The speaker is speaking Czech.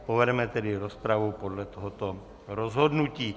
Povedeme tedy rozpravu podle tohoto rozhodnutí.